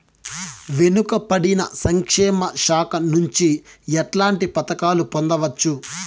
వెనుక పడిన సంక్షేమ శాఖ నుంచి ఎట్లాంటి పథకాలు పొందవచ్చు?